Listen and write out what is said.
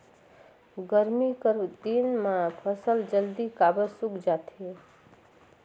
गरमी कर दिन म फसल जल्दी काबर सूख जाथे?